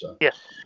Yes